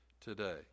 today